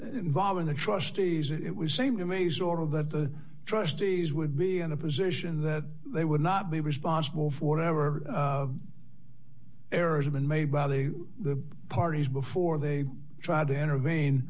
involving the trustees it was a maze order that the trustees would be in a position that they would not be responsible for whatever errors have been made by the the parties before they tried to intervene